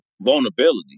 vulnerability